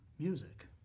music